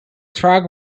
track